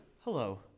Hello